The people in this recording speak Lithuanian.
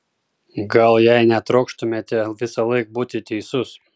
gal jei netrokštumėte visąlaik būti teisus